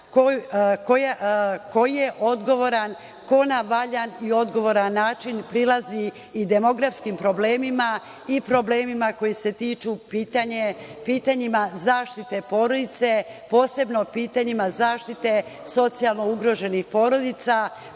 ko je odgovaran, ko na valjan i odgovoran način prilazi i demografskim problemima i problemima koji se tiču pitanja zaštite porodice, posebno pitanjima zaštite socijalno ugroženih porodica.